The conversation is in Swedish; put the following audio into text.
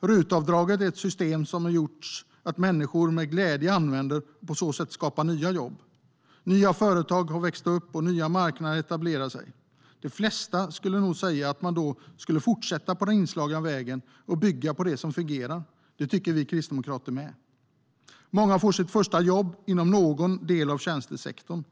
RUT-avdraget är ett system som gjort att människor med glädje använder det och på så sätt skapar nya jobb. Nya företag har växt upp och nya marknader etablerar sig. De flesta skulle nog säga att man då ska fortsätta på den inslagna vägen och bygga på det som fungerar. Det tycker även vi kristdemokrater. Många får sitt första jobb inom någon del av tjänstesektorn.